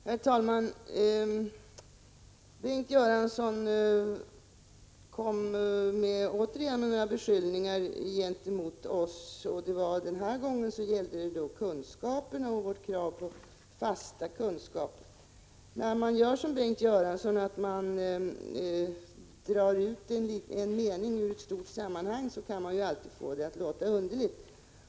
Herr talman! Bengt Göransson kommer återigen med beskyllningar gentemot oss. Den här gången gällde det moderata samlingspartiets krav på fasta kunskaper. Genom att, som Bengt Göransson gör, dra ut en mening ur dess sammanhang går det alltid att få det att låta underligt.